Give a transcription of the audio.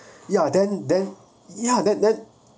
ya then then ya then then